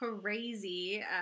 crazy